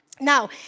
Now